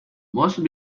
mostly